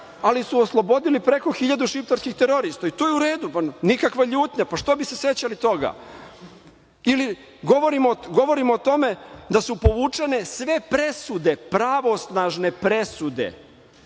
ali su oslobodili preko 1000 šiptarskih terorista i to je uredu. Nikakva ljutnja, što bi se sećali toga. Govorimo o tome da su povučene sve presude, pravosnažne presude